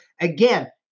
again